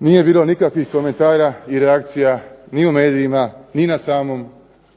nije bilo nikakvih komentara i reakcija ni u medijima